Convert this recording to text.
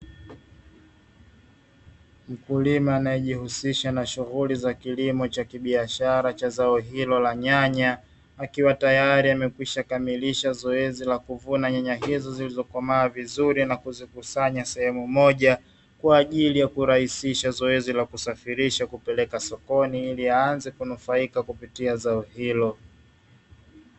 Mkulima anayejihusisha na shughuli za kilimo cha kibiashara cha zao hilo la nyanya, akiwa tayari amekwisha kamilisha zoezi la kuvuna nyanya hizo zilizokoma vizuri na kuzikusanya sehemu moja kwa ajili ya kurahisisha zoezi kusafiriha kupeleka sokoni iliaanze kunufaika na zao hilo.